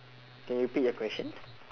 can you repeat your question